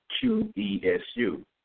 Q-E-S-U